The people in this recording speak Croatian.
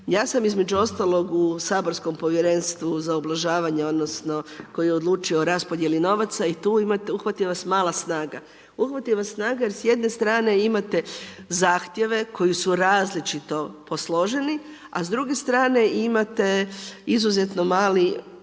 Ja sam između ostalog u saborskom Povjerenstvu za ublažavanje, odnosno koje odlučuje o raspodjeli novaca i tu imate, uhvati vas mala snaga. Uhvati vas snaga jer s jedne strane imate zahtjeve koji su različito posloženi a s druge strane imate izuzetno mala